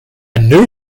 new